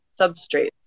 substrates